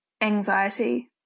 anxiety